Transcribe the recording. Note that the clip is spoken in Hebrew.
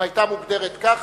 אם היתה מוגדרת כך,